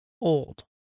old